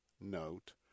note